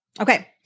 Okay